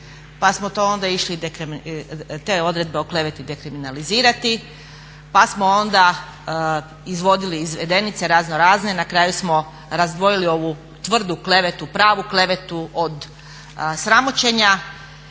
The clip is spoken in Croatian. pa smo to onda išli te odredbe o kleveti dekriminalizirati, pa smo onda izvodili izvedenice raznorazne i na kraju smo razdvojili ovu tvrdu klevetu, pravu klevetu od sramoćenja.